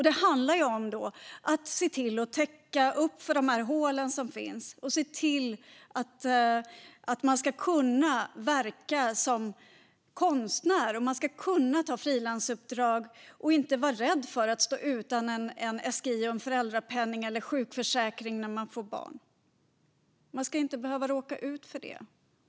Det handlar om att täcka de hål som finns och se till att man ska kunna verka som konstnär och kunna ta frilansuppdrag utan att vara rädd för att stå utan SGI, föräldrapenning och sjukförsäkring. Man ska inte behöva råka ut för det.